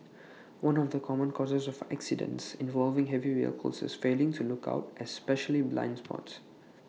one of the common causes of accidents involving heavy vehicles is failing to look out especially blind spots